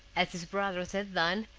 as his brothers had done,